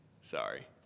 Sorry